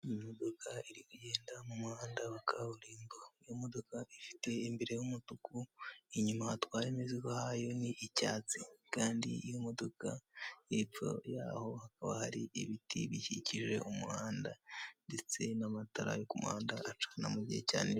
Imodoka iri kugenda mu muhanda wa kaburimbo, iyo modoka ifite imbere h'umutuku, inyuma hatwaye imizigo hayo ni icyatsi, kandi iyo modoka hepfo yaho hakaba hari ibiti bikikije umuhanda, ndetse n'amatara yo ku muhanda acana mu gihe cya nijoro.